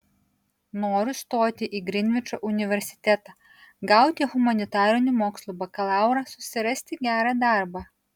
noriu stoti į grinvičo universitetą gauti humanitarinių mokslų bakalaurą susirasti gerą darbą